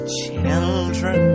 children